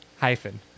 Hyphen